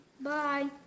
bye